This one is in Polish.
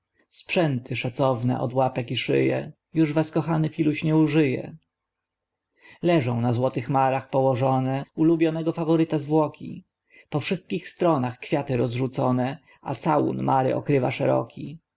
sprzęty szacowne od łapek i szyje już was kochany filuś nie użyje leżą na złotych marach położone ulubionego faworyta zwłoki po wszystkich stronach kwiaty rozrzucone a całun mary okrywa szeroki